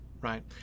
right